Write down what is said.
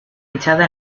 hinchada